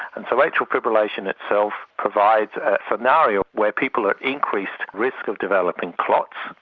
and so atrial fibrillation itself provides a scenario where people are at increased risk of developing clots,